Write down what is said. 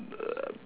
uh